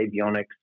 avionics